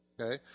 Okay